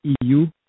EU